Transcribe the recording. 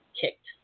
kicked